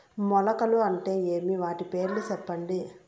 మొలకలు అంటే ఏమి? వాటి పేర్లు సెప్పండి?